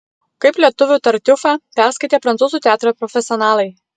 kaip lietuvių tartiufą perskaitė prancūzų teatro profesionalai